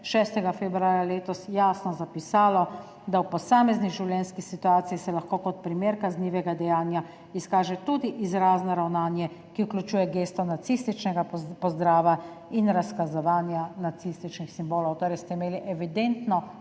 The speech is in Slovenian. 6. februarja letos jasno zapisalo, da se lahko v posamezni življenjski situaciji kot primer kaznivega dejanja izkaže tudi izrazno ravnanje, ki vključuje gesto nacističnega pozdrava in razkazovanja nacističnih simbolov. Torej ste imeli evidentno